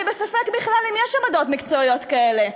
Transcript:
אני בספק בכלל אם יש עמדות מקצועיות כאלה.